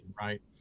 right